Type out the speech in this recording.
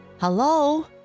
Hello